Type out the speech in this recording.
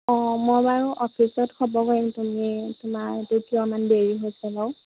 অঁ মই বাৰু অফিচত খবৰ কৰিম তুমি তোমাৰ এইটো কিয় ইমান দেৰি হৈছে বাৰু